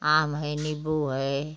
आम है नीम्बू है